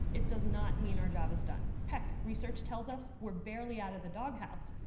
it does not mean our job is done. heck, research tells us we're barely out of the doghouse.